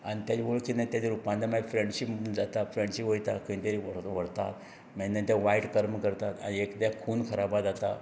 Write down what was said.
आनी वळखी आनी ताजें रुपांतर मागीर फ्रेंडशीप म्हूण जाता फ्रेंड्स वयता खंय तरी व्हरता मागीर ताजे नंतर वायट कर्मां करता आनी एक ते खून खराबा जाता